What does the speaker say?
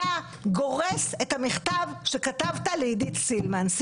אתה גורס את המכתב שכתבת לעידית סילמן.